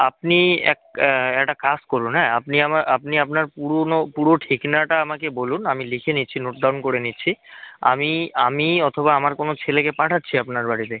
আপনি এক একটা কাজ করুন হ্যাঁ আপনি আমার আপনি আপনার পুরনো পুরো ঠিকানাটা আমাকে বলুন আমি লিখে নিচ্ছি নোট ডাউন করে নিচ্ছি আমি আমি অথবা আমার কোনো ছেলেকে পাঠাচ্ছি আপনার বাড়িতে